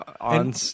on